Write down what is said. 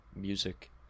music